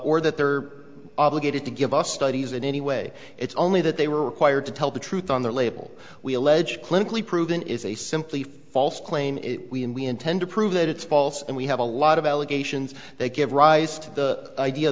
or that they're obligated to give us studies in any way it's only that they were required to tell the truth on the label we allege clinically proven is a simply false claim and we intend to prove that it's false and we have a lot of allegations they give rise to the idea